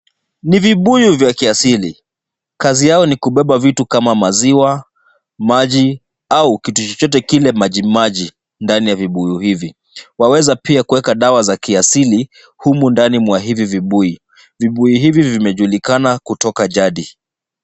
Ni vibuyu vya kiasili. Kazi yao ni kubeba vitu kama maziwa, maji au kitu chochote kile majimaji ndani ya vibuyu hivi. Waweza pia kuweka dawa za kiasili humu ndani ya hivi vibuyu. Vibuyu hivi vimejulikana kutoka jadi.